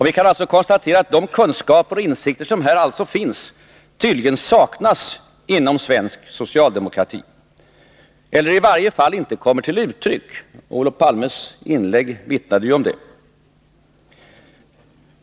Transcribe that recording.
Vi kan alltså konstatera att de kunskaper och insikter som finns tydligen saknas inom svensk socialdemokrati, eller i varje fall inte kommer till uttryck — Olof Palmes inlägg vittnade om det.